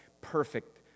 perfect